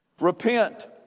Repent